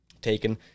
taken